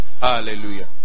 hallelujah